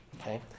Okay